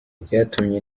byatumye